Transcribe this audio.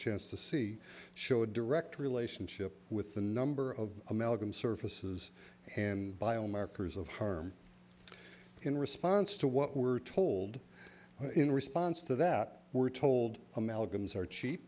chance to see show a direct relationship with the number of american surfaces and biomarkers of harm in response to what we're told in response to that we're told amalgams are cheap